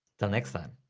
till next time.